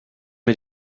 mir